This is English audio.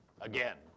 Again